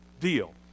deal